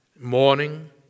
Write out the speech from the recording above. morning